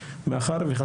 מאחר ונכון לעכשיו,